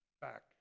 back